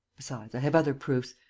besides, i have other proofs.